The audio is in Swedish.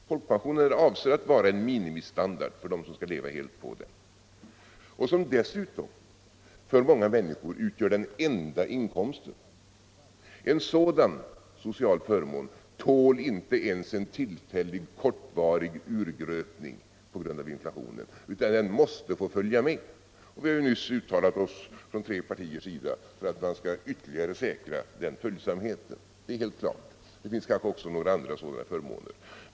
Folkpensionen är avsedd att vara en minimistandard för dem som skall leva helt på den och som dessutom för många människor utgör den enda inkomsten. En sådan social förmån tål inte ens en tillfällig, kortvarig urgröpning på grund av inflationen, utan den måste få följa med. Vi har ju från tre partiers sida nyss uttalat oss för att man skall ytterligare säkra den följsamheten. Det är helt klart. Det finns kanske också andra sådana förmåner.